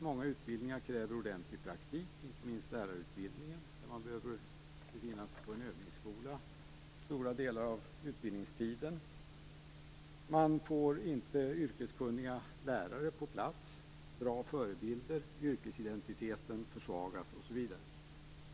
Många utbildningar kräver ordentlig praktik, inte minst lärarutbildningen där man behöver befinna sig på en övningsskola under stora delar av utbildningstiden. Man får inte yrkeskunniga lärare på plats som kan tjäna som bra förebilder. Yrkesidentiteten försvagas.